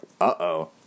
uh-oh